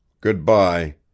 good-bye